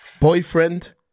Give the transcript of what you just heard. boyfriend